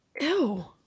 Ew